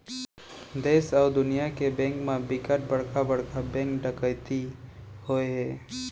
देस अउ दुनिया के बेंक म बिकट बड़का बड़का बेंक डकैती होए हे